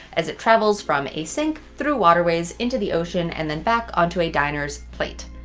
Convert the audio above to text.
as it travels from a sink through waterways into the ocean and then back onto a diner's plate.